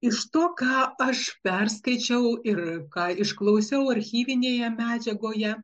iš to ką aš perskaičiau ir ką išklausiau archyvinėje medžiagoje